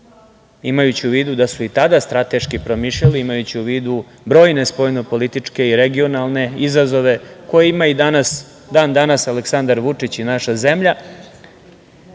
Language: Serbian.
imajući u vidu da su i tada strateški promišljali, imajući u vidu brojne spoljnopolitičke i regionalne izazove, koje ima i dan danas Aleksandar Vučić i naša zemlja,